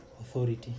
authority